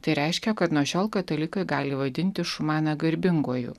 tai reiškia kad nuo šiol katalikai gali vaidinti šumaną garbinguoju